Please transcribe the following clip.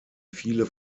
viele